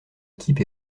équipe